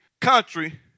country